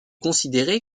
considéré